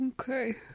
okay